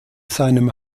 seinem